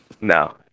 No